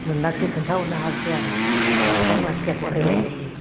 मोनाखिसै खोन्थाहरनो हायाखिसै आङो आमथिखानि मानसिया गराय बायनो होनदोंमोन